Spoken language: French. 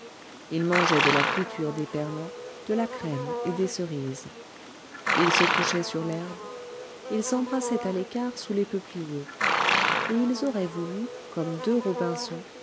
ils mangeaient de la friture d'éperlans de la crème et des cerises ils se couchaient sur l'herbe ils s'embrassaient à l'écart sous les peupliers et ils auraient voulu comme deux robinsons